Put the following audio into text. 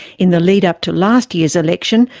in the lead-up to last year's election,